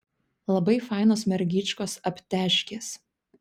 labai fainos mergyčkos aptežkės